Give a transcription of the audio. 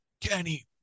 Kenny